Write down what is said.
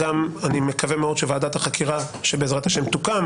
אני מקווה מאוד שוועדת החקירה שבעזרת השם תוקם